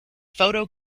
photo